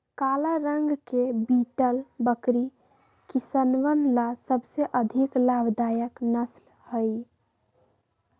काला रंग के बीटल बकरी किसनवन ला सबसे अधिक लाभदायक नस्ल हई